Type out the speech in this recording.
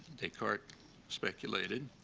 descartes speculated,